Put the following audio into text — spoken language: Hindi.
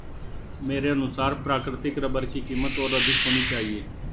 मेरे अनुसार प्राकृतिक रबर की कीमत और अधिक होनी चाहिए